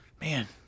man